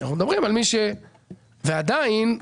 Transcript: ועדיין,